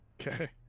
Okay